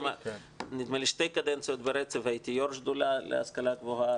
נדמה לי שתי קדנציות ברצף הייתי יו"ר שדולה להשכלה גבוהה,